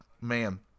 man